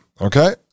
okay